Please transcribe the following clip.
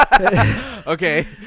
okay